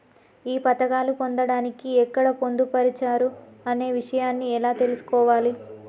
ఈ పథకాలు పొందడానికి ఎక్కడ పొందుపరిచారు అనే విషయాన్ని ఎలా తెలుసుకోవాలి?